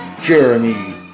Jeremy